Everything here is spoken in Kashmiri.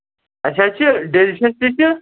اَسہِ حظ چھِ ڈٮ۪لِشَس تہِ تہِ